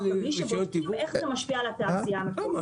ובלי שבודקים איך זה משפיע על התעשייה המקומית.